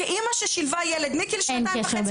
כאימא ששילבה ילד מגיל שנתיים וחצי